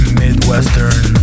midwestern